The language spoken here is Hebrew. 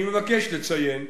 אני מבקש לציין,